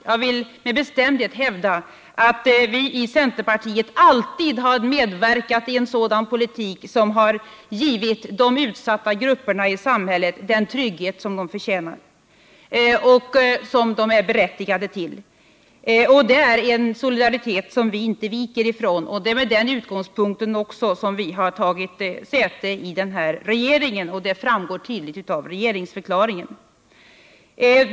Jag vill med bestämdhet hävda att vi i centerpartiet alltid har medverkat i en sådan politik som har gett de utsatta grupperna i samhället den trygghet de förtjänar och är berättigade till. Det är en solidaritet som vi inte viker från. Det är också med den utgångspunkten som vi har tagit säte i regeringen, det framgår tydligt av regeringsförklaringen.